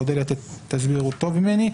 אודליה תסביר טוב ממני,